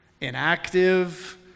inactive